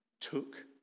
took